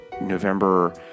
November